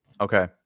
Okay